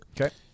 Okay